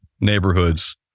neighborhoods